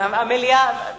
לא, לא, הוועדה החשאית.